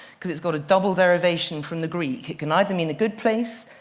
because it's got a double derivation from the greek. it can either mean a good place,